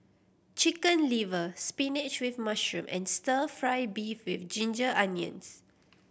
Chicken Liver spinach with mushroom and Stir Fry beef with ginger onions